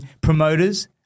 promoters